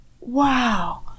wow